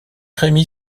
rémi